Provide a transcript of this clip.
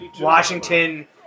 Washington